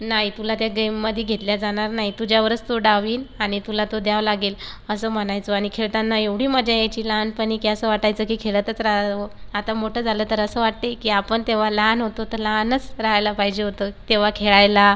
नाही तुला त्या गेममध्ये घेतलं जाणार नाही तुझ्यावरच तो डाव येईन आणि तुला तो द्यावा लागेल असं म्हणायचो आणि खेळताना एवढी मजा यायची लहानपणी की असं वाटायचं की खेळतच राहावं आता मोठं झालं तर असं वाटतेय की आपण तेव्हा लहान होतो तर लहानच राहायला पाहिजे होतं तेव्हा खेळायला